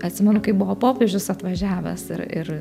atsimenu kai buvo popiežius atvažiavęs ir ir